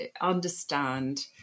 understand